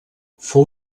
fou